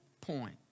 point